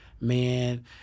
man